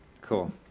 Cool